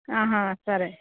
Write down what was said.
ఆహా సరే